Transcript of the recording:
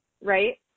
right